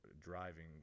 driving